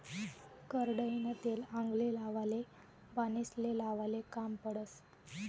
करडईनं तेल आंगले लावाले, बालेस्ले लावाले काम पडस